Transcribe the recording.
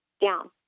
down